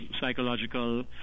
psychological